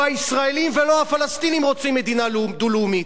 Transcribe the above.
לא הישראלים ולא הפלסטינים רוצים מדינה דו-לאומית.